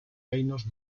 reinos